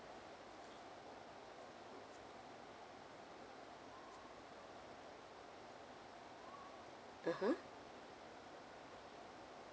(uh huh)